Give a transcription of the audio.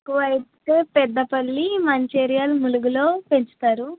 ఎక్కువైతే పెద్దపల్లి మంచేరియల్ ములుగులో పెంచుతారు